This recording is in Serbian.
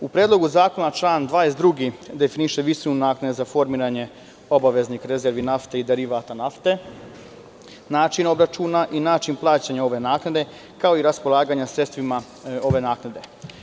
U Predlogu zakona član 22. definiše visinu naknade za formiranje obaveznih rezervi nafte i derivata nafte, načina obračuna i način plaćanja ove naknade, kao i raspolaganje sredstvima ove naknade.